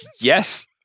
Yes